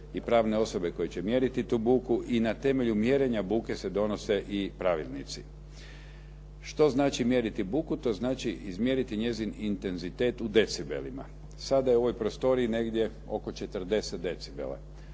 i pravne osobe koje će mjeriti tu buku i na temelju mjerenja buke se donose i pravilnici. Što znači mjeriti buku? To znači izmjeriti njezin intenzitet u decibelima. Sada je u ovoj prostoriji negdje oko 40 decibela.